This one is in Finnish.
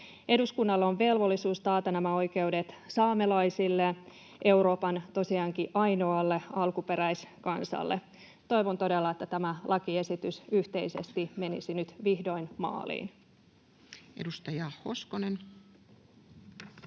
Eduskunnalla on velvollisuus taata nämä oikeudet saamelaisille, Euroopan tosiaankin ainoalle alkuperäiskansalle. Toivon todella, että tämä lakiesitys yhteisesti menisi nyt vihdoin maaliin. [Speech